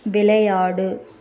விளையாடு